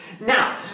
Now